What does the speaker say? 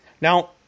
Now